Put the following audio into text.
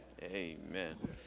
amen